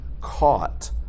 caught